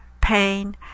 pain